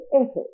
effort